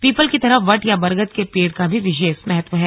people की तरह वट या बरगद के पेड़ का भी विशेष महत्व है